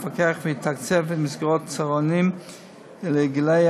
יפקח ויתקצב מסגרות צהרונים לגילאי